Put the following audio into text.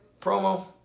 promo